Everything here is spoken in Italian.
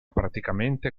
praticamente